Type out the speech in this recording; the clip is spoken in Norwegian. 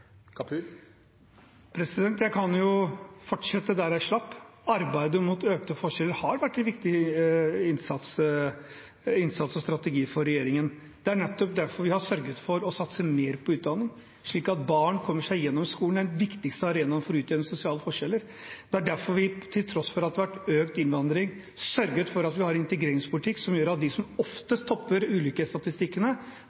økte forskjeller har vært en viktig innsats og strategi for regjeringen. Det er nettopp derfor vi har sørget for å satse mer på utdanning, slik at barn kommer seg gjennom skolen. Det er den viktigste arenaen for å utjevne sosiale forskjeller. Det er derfor vi, til tross for at det har vært økt innvandring, har sørget for at vi har en integreringspolitikk som gjør at de som